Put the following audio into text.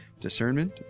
discernment